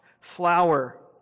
flower